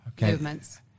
movements